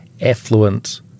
affluent